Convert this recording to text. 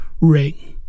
Ring